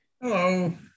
hello